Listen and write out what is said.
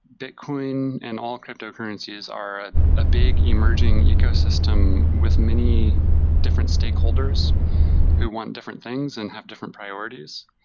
bitcoin and all cryptocurrencies are a big emerging ecosystem with many different stakeholders who want different things and have different priorities.